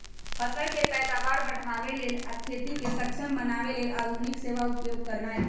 फसल के पैदावार बढ़ाबे लेल आ खेती के सक्षम बनावे लेल आधुनिक सेवा उपयोग करनाइ